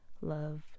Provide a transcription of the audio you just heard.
love